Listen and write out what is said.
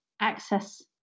access